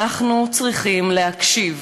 אנחנו צריכים להקשיב,